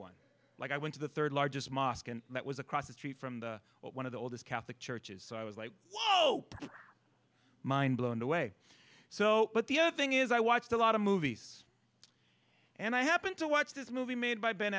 one like i went to the third largest mosque and that was across the street from one of the oldest catholic churches so i was like oh mind blown away so but the other thing is i watched a lot of movies and i happened to watch this movie made by ben